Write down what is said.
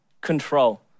control